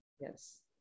Yes